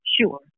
Sure